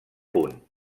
punt